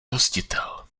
hostitel